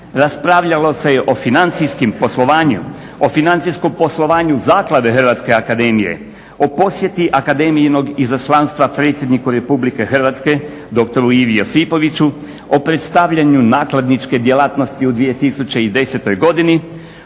Raspravljalo se je o financijskom poslovanju, o financijskom poslovanju Zaklade Hrvatske akademije, o posjeti akademijinog izaslanstva predsjedniku Republike Hrvatske doktoru Ivi Josipoviću, o predstavljanju nakladničke djelatnosti u 2010. godini,